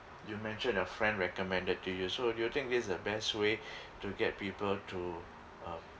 you mentioned a friend recommended to you so do you think this is the best way to get people to um